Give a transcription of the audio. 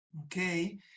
okay